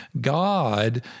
God